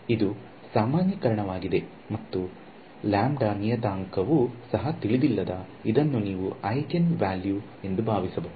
ಇದು ಸಾಮಾನ್ಯೀಕರಣವಾಗಿದೆ ಮತ್ತು ನಿಯತಾಂಕವು ಸಹ ತಿಳಿದಿಲ್ಲದ ಇದನ್ನು ನೀವು ಐಜೆನ್ವಾಲ್ಯು ಎಂದು ಭಾವಿಸಬಹುದು